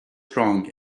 strong